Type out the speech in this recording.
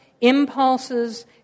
impulses